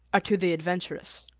are to the adventurous.